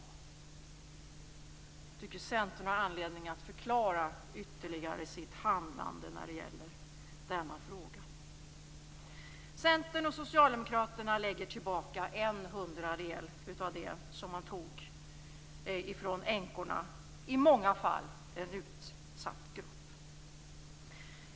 Jag tycker att Centern har anledning att ytterligare förklara sitt handlande när det gäller denna fråga. Centern och Socialdemokraterna lägger tillbaka en hundradel av det som man tog ifrån änkorna - i många fall en utsatt grupp.